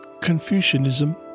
Confucianism